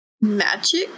magic